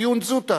דיון זוטא.